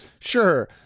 Sure